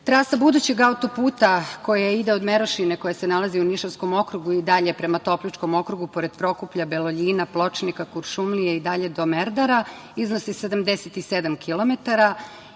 budućeg autoputa koja ide od Merošine, koja se nalazi u Nišavskom okrugu i dalje prema Topličkom okrugu, pored Prokuplja, Beljoljina, Pločnika, Kuršumlije i dalje do Merdara iznosi 77